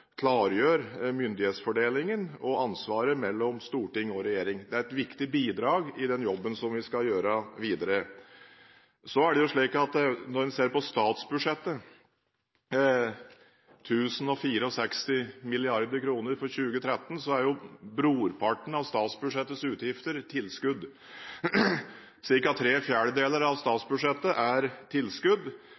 klargjør myndighetsfordelingen og ansvaret mellom storting og regjering. Det er et viktig bidrag i den jobben vi skal gjøre videre. Når en ser på statsbudsjettet – 1 064 mrd. kr for 2013 – er brorparten av statsbudsjettets utgifter tilskudd. Cirka tre fjerdedeler av statsbudsjettet er tilskudd,